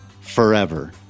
forever